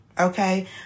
Okay